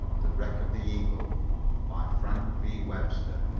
the wreck of the eagle by frank v. webster